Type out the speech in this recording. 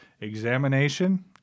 examination